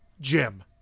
Jim